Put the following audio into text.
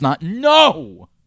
No